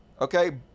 Okay